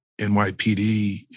NYPD